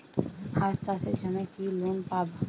হাঁস চাষের জন্য কি লোন পাব?